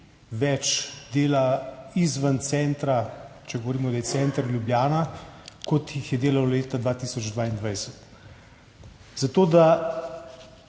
več dela izven centra, če govorimo, da je center Ljubljana, kot jih je delalo leta 2022. Za ta